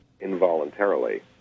involuntarily